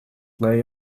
lay